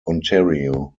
ontario